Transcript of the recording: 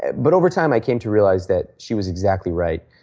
and but, over time i came to realize that she was exactly rights.